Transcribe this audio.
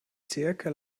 zirkel